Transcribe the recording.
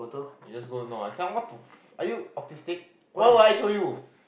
you just go no I can't what the f~ are you autistic why would I show you